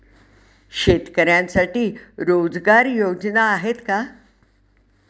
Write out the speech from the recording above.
शेतकऱ्यांसाठी रोजगार योजना आहेत का?